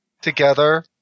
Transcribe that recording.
together